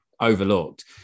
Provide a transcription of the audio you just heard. overlooked